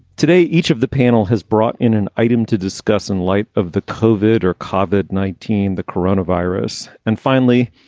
today, each of the panel has brought in an item to discuss in light of the covert or covert nineteen, the coronavirus. and finally,